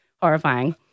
horrifying